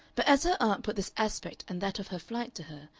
but as her aunt put this aspect and that of her flight to her,